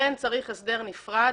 אכן צריך הסדר נפרד